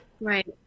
right